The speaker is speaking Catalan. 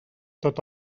tot